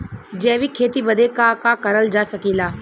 जैविक खेती बदे का का करल जा सकेला?